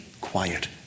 quiet